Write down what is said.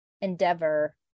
endeavor